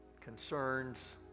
concerns